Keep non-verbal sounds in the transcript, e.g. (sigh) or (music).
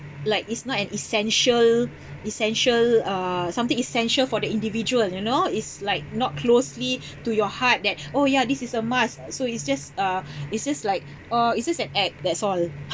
like it's not an essential essential uh something essential for the individual you know it's like not closely (breath) to your heart that (breath) oh yeah this is a must so it's just uh it's just like oh it's just an act that's all